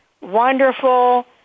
wonderful